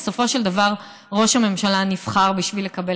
בסופו של דבר ראש הממשלה נבחר בשביל לקבל